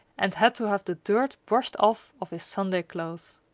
and had to have the dirt brushed off of his sunday clothes.